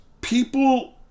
people